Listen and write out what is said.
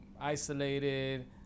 isolated